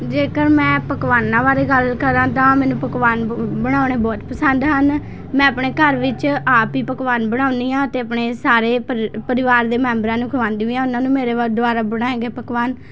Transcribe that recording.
ਜੇਕਰ ਮੈ ਪਕਵਾਨਾਂ ਬਾਰੇ ਗੱਲ ਕਰਾਂ ਤਾਂ ਮੈਨੂੰ ਪਕਵਾਨ ਬ ਬਣਾਉਣੇ ਬਹੁਤ ਪਸੰਦ ਹਨ ਮੈਂ ਆਪਣੇ ਘਰ ਵਿੱਚ ਆਪ ਹੀ ਪਕਵਾਨ ਬਣਾਉਂਦੀ ਹਾਂ ਅਤੇ ਆਪਣੇ ਸਾਰੇ ਪਰਿ ਪਰਿਵਾਰ ਦੇ ਮੈਂਬਰਾਂ ਨੂੰ ਖਵਾਉਂਦੀ ਵੀ ਹਾਂ ਉਨ੍ਹਾਂ ਨੂੰ ਮੇਰੇ ਵ ਦੁਆਰਾ ਬਣਾਏ ਗਏ ਪਕਵਾਨ